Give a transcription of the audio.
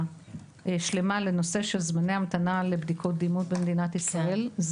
שלמה לנושא של זמני המתנה לבדיקות דימות במדינת ישראל.